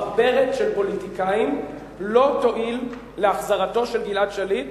ברברת של פוליטיקאים לא תועיל להחזרתו של גלעד שליט.